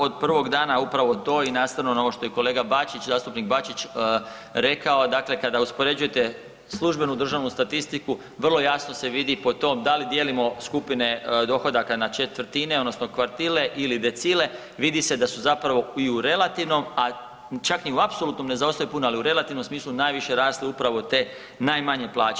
Od prvog dana upravo to i nastavno na ovo što je kolega, zastupnik Bačić rekao dakle kada uspoređujete službenu državnu statistiku vrlo jasno se vidi po tom da li dijelimo skupine dohodaka na četvrtine odnosno kvartile ili decile, vidi se da su i u relativnom, a čak i u apsolutnom ne zaostaju puno, ali u relativnom smislu najviše rasle upravo te najmanje plaće.